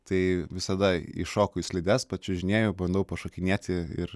tai visada įšoku į slides pačiužinėju bandau pašokinėti ir